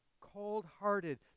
cold-hearted